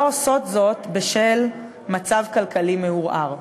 לא עושות זאת בשל מצב כלכלי מעורער.